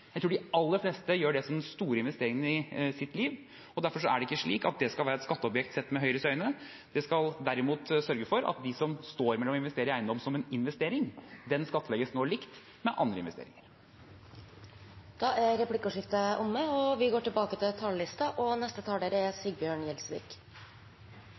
Jeg tror de aller fleste har det som den store investeringen i sitt liv. Derfor skal ikke det være et skatteobjekt, sett med Høyres øyne. Det skal derimot sørge for at for dem som vurderer å investere i eiendom som en investering, så skattlegges det nå likt med andre investeringer. Replikkordskiftet er omme. Norge er et fantastisk land med noen enorme muligheter. Det har ikke kommet av seg selv. Norge er bygd gjennom generasjoner, gjennom at hardtarbeidende og